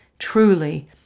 truly